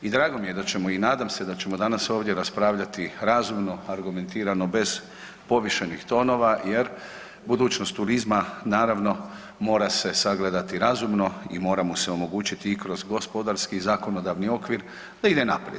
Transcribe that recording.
I drago mi je i nadam se da ćemo danas ovdje raspravljati razumno, argumentirano, bez povišenih tonova jer budućnost turizma naravno mora se sagledati razumno i mora mu se omogućiti i kroz gospodarski i zakonodavni okvir da ide naprijed.